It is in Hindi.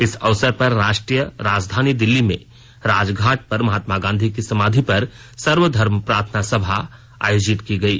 इस अवसर पर राष्ट्रीय राजधानी दिल्ली में राजघाट पर महात्मा गांधी की समाधि पर सर्वधर्म प्रार्थना सभा आयोजित की गयी